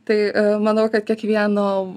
tai manau kad kiekvieno